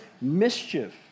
mischief